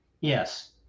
yes